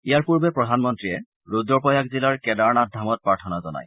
ইয়াৰ পূৰ্বে প্ৰধানমন্ত্ৰীয়ে ৰুদ্ৰপ্ৰয়াগ জিলাৰ কেদাৰনাথ ধামত প্ৰাৰ্থনা জনায়